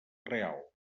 real